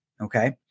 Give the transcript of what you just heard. okay